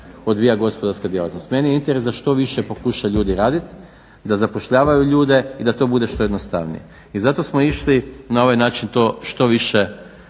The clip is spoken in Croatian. odvija gospodarska djelatnost. Meni je interes da što više pokuša ljudi raditi, da zapošljavaju ljude i da to bude što jednostavnije. I zato smo išli na ovaj način to što više